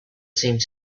seemed